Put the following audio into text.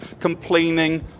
complaining